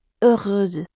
heureuse